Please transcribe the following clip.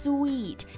Sweet